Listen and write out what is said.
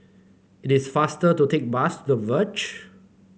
it is faster to take The Verge